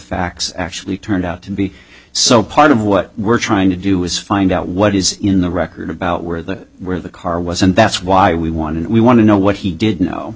facts actually turned out to be so part of what we're trying to do is find out what is in the record about where the where the car was and that's why we want and we want to know what he did know